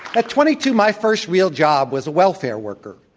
at twenty two, my first real job was a welfare worker,